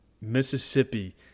Mississippi